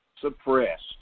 suppressed